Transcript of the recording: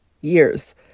years